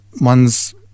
ones